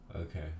okay